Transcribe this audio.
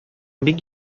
бик